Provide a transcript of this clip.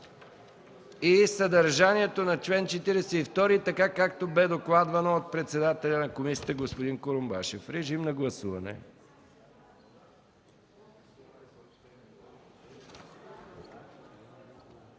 и съдържанието на чл. 42, както бе докладвано от председателя на комисията господин Курумбашев. Моля, гласувайте.